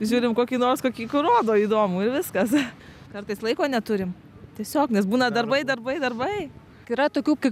žiūrim kokį nors kokį rodo įdomų ir viskas kartais laiko neturim tiesiog nes būna darbai darbai darbai yra tokių kaip